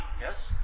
yes